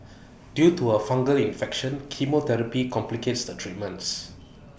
due to her fungal infection chemotherapy complicates the treatments